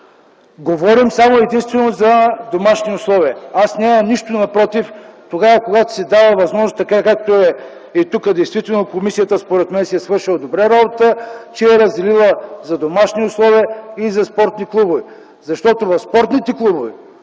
Говорим само и единствено за „домашни условия”. Аз нямам нищо напротив, когато се дава възможност, така както е и тука. Действително комисията, според мен, си е свършила добре работата, че е разделила за „домашни условия” и за „спортни клубове”. Защото в спортните клубове